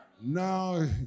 Now